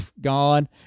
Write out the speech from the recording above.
Gone